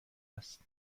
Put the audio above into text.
است